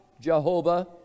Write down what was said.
Jehovah